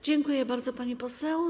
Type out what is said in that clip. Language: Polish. Dziękuję bardzo, pani poseł.